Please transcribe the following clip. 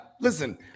listen